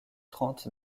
trente